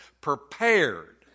prepared